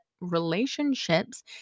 relationships